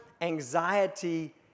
anxiety